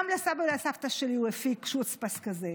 גם לסבא ולסבתא שלי הוא הפיק Schutz-Pass כזה,